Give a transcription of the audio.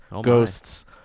ghosts